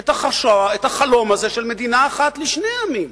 את החלום הזה של מדינה אחת לשני עמים?